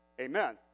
Amen